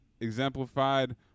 exemplified